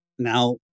Now